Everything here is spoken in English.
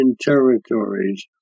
territories